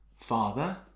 Father